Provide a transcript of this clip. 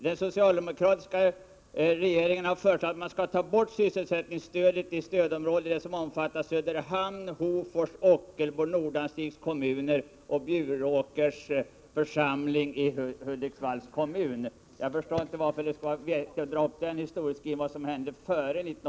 Den socialdemokratiska regeringen har genomdrivit att man skall ta bort sysselsättningsstödet i det stödområde som omfattar Söderhamns, Hofors och Nordanstigs kommuner samt Bjuråkers församling i Hudiksvalls kommun.